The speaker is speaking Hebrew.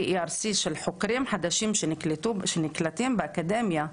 ERC של חוקרים חדשים שנקלטים באקדמיה,